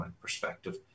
perspective